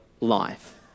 life